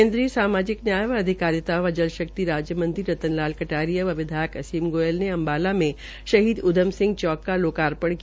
केन्द्रीय सामाजिक न्याय एवं अधिकारिता व जल शक्ति राज्य मंत्री रतन लाल कटारिया व विधायक असीम गोयल ने अम्बाला में शहीद उद्यम सिंह चौक का लोकापर्ण किया